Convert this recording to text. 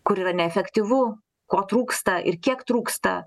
kur yra neefektyvu ko trūksta ir kiek trūksta